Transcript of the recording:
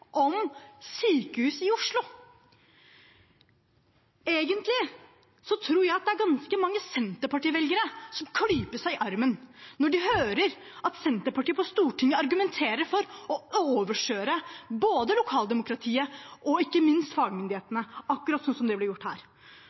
om sykehus i Oslo. Egentlig tror jeg det er ganske mange Senterparti-velgere som klyper seg i armen når de hører at Senterpartiet på Stortinget argumenterer for å overkjøre både lokaldemokratiet og ikke minst fagmyndighetene, akkurat som det blir gjort her.